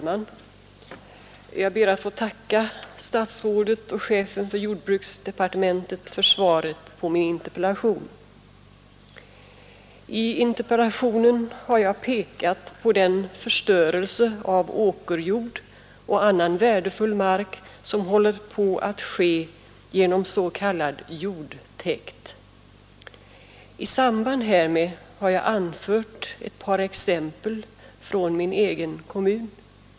Herr talman! Jag ber att få tacka statsrådet och chefen för jordbruksdepartementet för svaret på min interpellation. I interpellationen har jag pekat på den förstörelse av åkerjord och annan värdefull mark som håller på att ske genom s.k. jordtäkt. I samband härmed har jag anfört ett par exempel från min egen hemkommun.